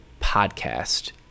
podcast